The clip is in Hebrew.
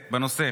מתקנת,